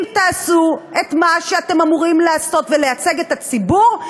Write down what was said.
אם תעשו את מה שאתם אמורים לעשות ותייצגו את הציבור,